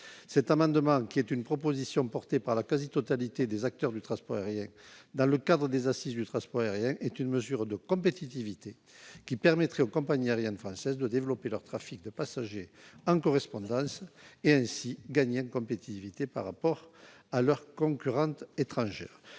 Cet amendement, proposition portée par la quasi-totalité des acteurs du transport aérien dans le cadre des Assises nationales du transport aérien, est une mesure de compétitivité qui permettrait aux compagnies aériennes françaises de développer leur trafic de passagers en correspondance et, ainsi, de gagner en compétitivité par rapport à leurs concurrentes étrangères.